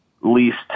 least